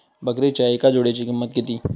बकरीच्या एका जोडयेची किंमत किती?